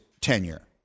tenure